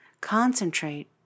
Concentrate